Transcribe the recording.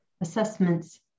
Assessments